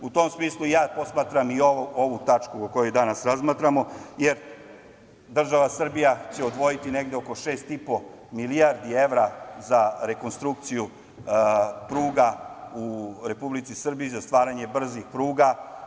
U tom smislu ja posmatram i ovu tačku o kojoj danas razmatramo, jer država Srbija će odvojiti negde oko 6,5 milijardi evra za rekonstrukciju pruga u Republici Srbiji, za stvaranje brzih pruga.